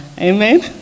Amen